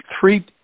three